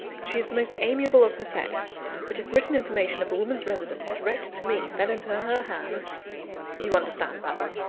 she is the most amiable of her sex but if written information of a woman's residence, directed to me, fell into her hands you understand, basil!